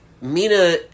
Mina